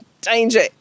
danger